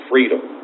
Freedom